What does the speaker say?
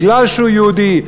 מפני שהוא יהודי.